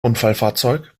unfallfahrzeug